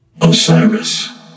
Osiris